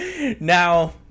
Now